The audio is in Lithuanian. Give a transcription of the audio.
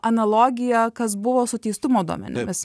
analogiją kas buvo su teistumo duomenimis